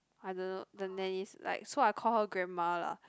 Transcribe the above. I don't know the nanny's like so I call her grandma lah